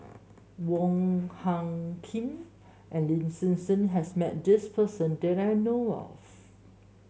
Wong Hung Khim and Lin Hsin Hsin has met this person that I know of